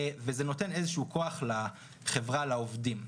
זה נותן כוח לחברה על העובדים.